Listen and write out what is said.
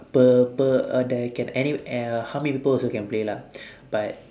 per~ per~ uh there can any uh how many people also can play lah but